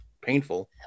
painful